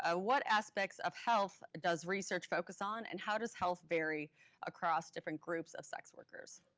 ah what aspects of health does research focus on? and how does health vary across different groups of sex workers?